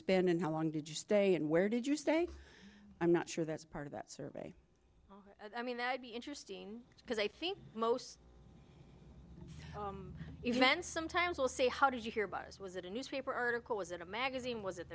spend and how long did you stay and where did you stay i'm not sure that's part of that survey i mean that would be interesting because i think most events sometimes will say how did you hear bars was it a newspaper article was it a magazine was it